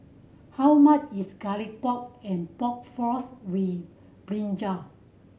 how much is Garlic Pork and Pork Floss with brinjal